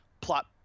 plot